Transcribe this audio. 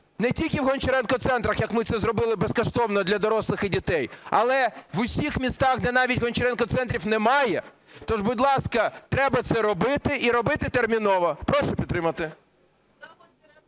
Не тільки в "Гончаренко центрах", як ми це зробили безкоштовно для дорослих і дітей, але в усіх містах, де навіть "Гончаренко центрів" немає. Тож, будь ласка, треба це робити і робити терміново. Прошу підтримати.